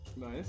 Nice